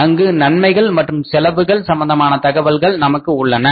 அங்கு நன்மைகள் மற்றும் செலவுகள் சம்பந்தமான தகவல்கள் நமக்கு உள்ளன